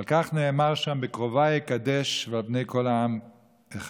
על כך נאמר שם: "בקרבי אקדש ועל פני כל העם אכבד,